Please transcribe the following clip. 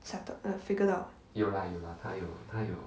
settled uh figured out